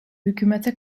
hükümete